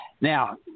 Now